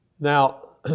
Now